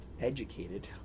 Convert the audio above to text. educated